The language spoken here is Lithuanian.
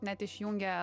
net išjungė